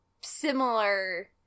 similar